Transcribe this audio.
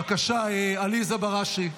בבקשה, עליזה בראשי.